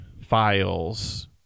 files